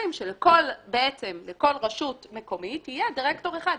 אומרים שלכל רשות מקומית יהיה דירקטור אחד,